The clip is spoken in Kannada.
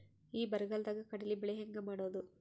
ಈ ಬರಗಾಲದಾಗ ಕಡಲಿ ಬೆಳಿ ಹೆಂಗ ಮಾಡೊದು?